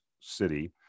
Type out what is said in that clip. City